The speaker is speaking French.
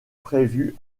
prévue